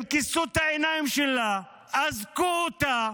הם כיסו את העיניים שלה, אזקו אותה